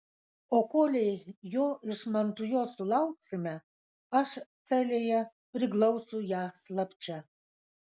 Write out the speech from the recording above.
o kolei jo iš mantujos sulauksime aš celėje priglausiu ją slapčia